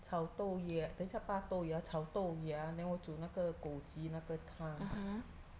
炒豆芽等一下拔豆芽炒豆芽: chao dou ya ba dou ya chao dou ya then 我煮那个枸杞那个汤: wo zhu na ge gou qi na ge tang